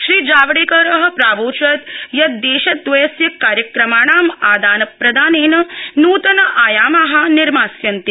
श्रीजावड़ेकर प्रावोचत यत देशद्वयस्य कार्यक्रमाणां आदान प्रदानेन नूतन आयामा निर्मास्यन्ते